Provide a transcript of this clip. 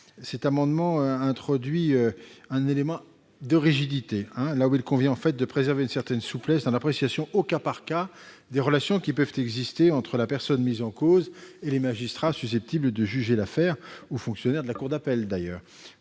en effet d'introduire un élément de rigidité, là où il convient de préserver une certaine souplesse dans l'appréciation au cas par cas des relations qui peuvent exister entre la personne mise en cause et les magistrats susceptibles de juger l'affaire ou les fonctionnaires de la cour d'appel.